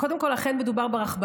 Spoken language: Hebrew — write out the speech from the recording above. קודם כול, אכן מדובר ברכבלית.